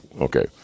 Okay